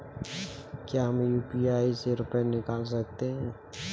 क्या हम यू.पी.आई से रुपये निकाल सकते हैं?